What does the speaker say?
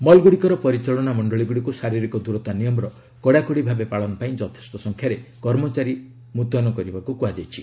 ମଲ୍ଗୁଡ଼ିକର ପରିଚାଳନା ମଣ୍ଡଳୀଗୁଡ଼ିକୁ ଶାରୀରିକ ଦୂରତା ନିୟମର କଡ଼ାକଡ଼ି ପାଳନ ପାଇଁ ଯଥେଷ୍ଟ ସଂଖ୍ୟାରେ କର୍ମଚାରୀ ଲଗାଇବାକୁ କୁହାଯାଇଛି